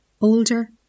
older